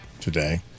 today